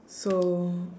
so